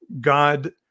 God